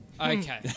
Okay